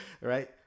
Right